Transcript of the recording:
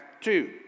two